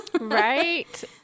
Right